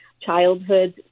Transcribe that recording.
childhood